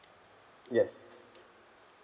yes